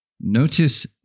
Notice